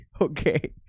Okay